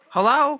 Hello